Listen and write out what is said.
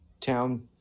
town